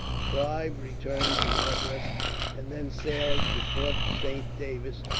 clive returned to madras and then sailed to fort saint david,